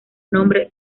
nombre